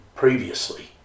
previously